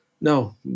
no